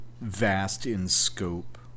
vast-in-scope